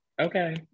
okay